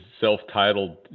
self-titled